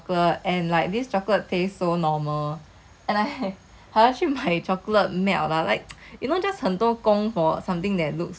find wine ah 倒在那个 chocolate then 最后做出来我在想 oh my god also nobody wanna eat my chocolate and like this chocolate taste so normal